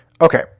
Okay